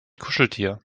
kuscheltier